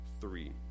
three